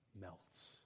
melts